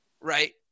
right